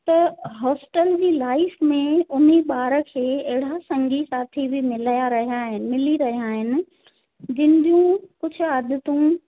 त होस्टल जी लाइफ में हुन ई ॿार खे अहिड़ा संगी साथी बि मिलिया रहिया आहिनि मिली रहिया आहिनि जंहिंजूं कुझु आदतूं